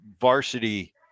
varsity